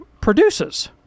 produces